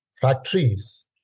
factories